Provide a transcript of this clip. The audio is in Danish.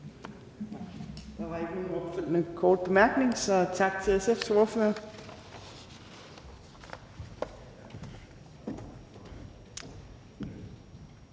Der var ikke nogen opfølgende kort bemærkning, så tak til SF's ordfører.